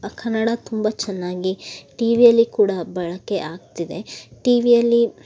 ಕನ್ನಡ ತುಂಬ ಚೆನ್ನಾಗಿ ಟಿ ವಿಯಲ್ಲಿ ಕೂಡ ಬಳಕೆ ಆಗ್ತಿದೆ ಟಿ ವಿಯಲ್ಲಿ